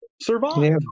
survive